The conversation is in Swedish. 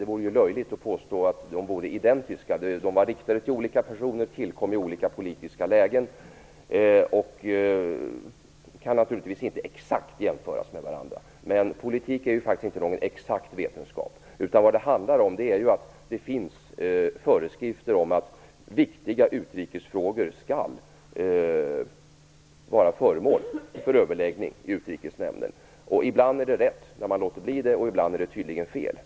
Det vore löjligt att påstå att de vore identiska. De var riktade till olika personer och tillkom i olika politiska lägen och kan naturligtvis inte exakt jämföras med varandra. Men politik är faktiskt inte någon exakt vetenskap. Vad det handlar om är att det finns föreskrifter om att viktiga utrikesfrågor skall vara föremål för överläggningar i Utrikesnämnden. Ibland är det rätt att låta bli det, och ibland är det tydligen fel.